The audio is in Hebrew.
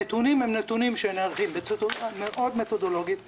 הנתונים נערכים בצורה מתודולוגית מאוד,